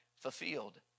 fulfilled